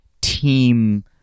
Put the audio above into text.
team